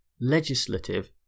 legislative